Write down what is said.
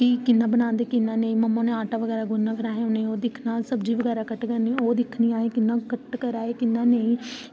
कि कियां बनांदे कियां नेईं ते ओह् मम्मा नै आटा गुन्नना ओह् दिक्खना सब्ज़ी बगैरा कटङन ओह् दिक्खना दिक्खने अस कियां कट करा दे कियां नेईं